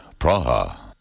Praha